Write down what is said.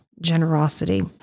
generosity